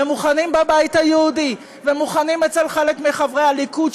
ומוכנים בבית היהודי ומוכנים אצל חלק מחברי הליכוד,